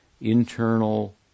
internal